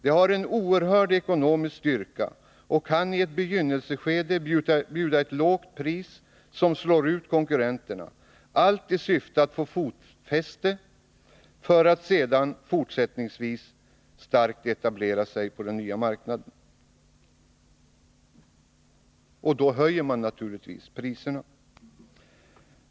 De har en oerhörd ekonomisk styrka och kan i ett begynnelseskede bjuda ett lågt pris, som slår ut konkurrenterna — allt i syfte att få fotfäste för att sedan fortsättningsvis starkt etablera sig på den nya marknaden. Och då höjer man naturligtvis priserna.